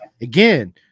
again –